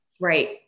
Right